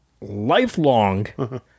lifelong